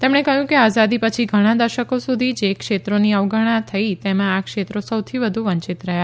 તેમણે કહ્યું કે આઝાદી પછી ઘણાં દશકો સુધી જે ક્ષેત્રોની અવગણના થઇ તેમાં આ ક્ષેત્રો સૌથી વધુ વંચિત રહ્યો